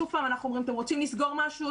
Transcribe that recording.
שוב אנחנו אומרים: אתם רוצים לסגור משהו,